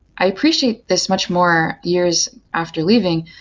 i appreciate this much more years after leaving,